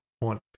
want